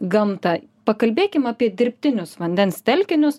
gamtą pakalbėkim apie dirbtinius vandens telkinius